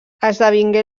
esdevingué